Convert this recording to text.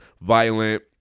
violent